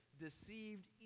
deceived